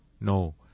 No